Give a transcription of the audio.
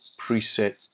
preset